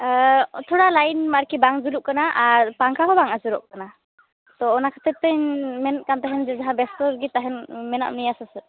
ᱛᱷᱚᱲᱟ ᱞᱟᱭᱤᱱ ᱟᱨᱠᱤ ᱵᱟᱝ ᱡᱩᱞᱩᱜ ᱠᱟᱱᱟ ᱟᱨ ᱯᱟᱝᱠᱷᱟ ᱦᱚᱸ ᱵᱟᱝ ᱟᱪᱩᱨᱚᱜ ᱠᱟᱱᱟ ᱛᱚ ᱚᱱᱟ ᱠᱷᱟᱹᱛᱤᱨ ᱛᱮᱧ ᱢᱮᱱᱮᱫ ᱠᱟᱱ ᱛᱟᱦᱮᱱ ᱡᱮ ᱡᱟᱦᱟᱸ ᱵᱮᱥᱛᱚ ᱜᱮ ᱛᱟᱦᱮᱱ ᱢᱮᱱᱟᱜ ᱢᱮᱭᱟ ᱥᱮ ᱪᱮᱫ